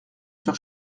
sur